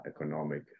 economic